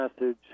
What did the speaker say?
message